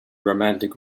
romantic